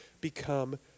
become